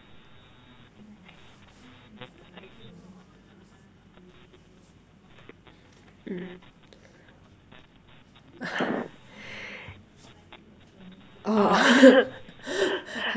mm